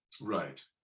Right